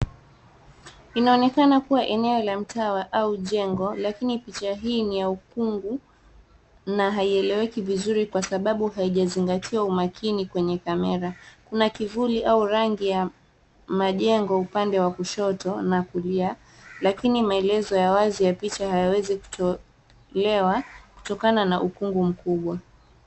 Inaonekana kuwa eneo la mtaa wa au jengo lakini picha hii ni ya ukungu na haielewiki vizuri kwa sababu haijazingatia umakini kwenye kamera. Kuna kivuli au rangi ya majengo upande wa kushoto na kulia. Lakini maelezo ya wazi ya picha hayawezi kutolewa kutokana na ukungu mkubwa.